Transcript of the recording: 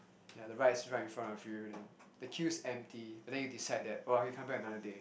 ya the rice is right in front of you then the queue's empty but then you decide that I want to come back another day